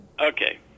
Okay